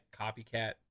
copycat